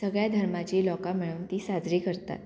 सगळ्या धर्माची लोकां मेळून ती साजरी करतात